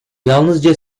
yalnızca